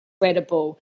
incredible